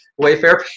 Wayfair